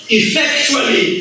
effectually